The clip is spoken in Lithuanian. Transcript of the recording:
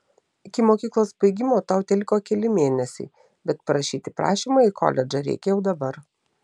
iki mokyklos baigimo tau teliko keli mėnesiai bet parašyti prašymą į koledžą reikia jau dabar